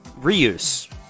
Reuse